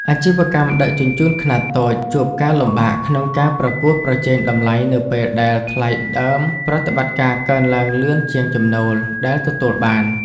អាជីវកម្មដឹកជញ្ជូនខ្នាតតូចជួបការលំបាកក្នុងការប្រកួតប្រជែងតម្លៃនៅពេលដែលថ្លៃដើមប្រតិបត្តិការកើនឡើងលឿនជាងចំណូល ដែលទទួលបាន។